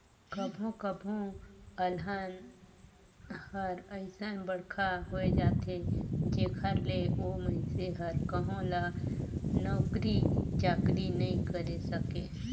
कभो कभो अलहन हर अइसन बड़खा होए जाथे जेखर ले ओ मइनसे हर कहो ल नउकरी चाकरी नइ करे सके